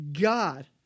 God